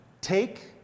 take